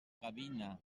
gavina